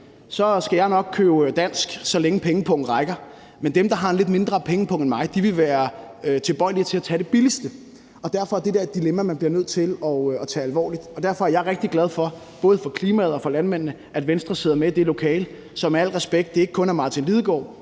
skal jeg nok købe dansk, så længe pengepungen rækker, men dem, der har lidt mindre pengepunge end mig, vil være tilbøjelige til at tage det billigste. Derfor er det et dilemma, man bliver nødt til at tage alvorligt. Derfor er jeg rigtig glad for, både for klimaet og for landmændene, at Venstre sidder med i det lokale, så det – med al respekt – ikke kun er Martin Lidegaard